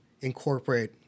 incorporate